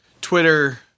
twitter